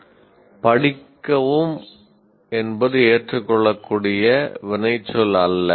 ' 'படிக்கவும்' என்பது ஏற்றுக்கொள்ளக்கூடிய வினைச்சொல் அல்ல